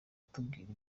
atubwira